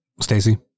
Stacy